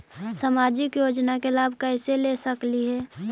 सामाजिक योजना के लाभ कैसे ले सकली हे?